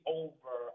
over